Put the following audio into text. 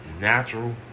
Natural